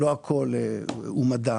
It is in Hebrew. לא הכול הוא מדע.